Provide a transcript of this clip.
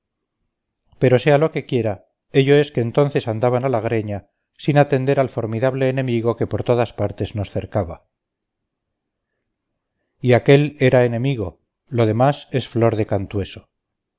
pero sea lo que quiera ello es que entonces andaban a la greña sin atender al formidable enemigo que por todas partes nos cercaba y aquel era enemigo lo demás es flor de cantueso me